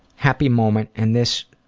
happy moment and this,